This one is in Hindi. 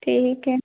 ठीक है